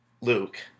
Luke